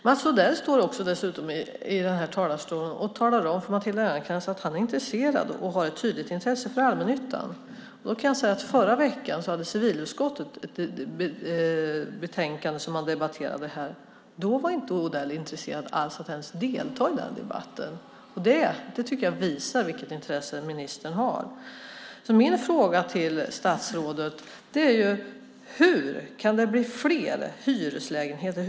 Mats Odell står dessutom i den här talarstolen och talar om för Matilda Ernkrans att han har ett tydligt intresse för allmännyttan. Då kan jag säga att förra veckan hade civilutskottet ett betänkande som man debatterade här. Då var inte Odell intresserad av att ens delta i debatten. Det tycker jag visar vilket intresse ministern har. Min fråga till statsrådet är: Hur kan det blir fler hyreslägenheter?